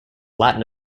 latin